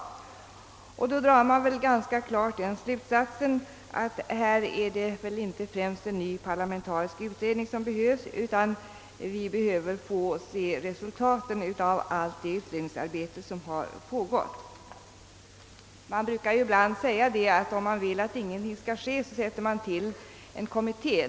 Då drar man ganska klart den slutsatsen att det inte främst är en ny parlamentarisk utredning som här behövs, utan att vi behöver få se resultaten av allt det utredningsarbete som har pågått. Man brukar ibland säga att om man vill att ingenting skall ske tillsätter man en kommitté.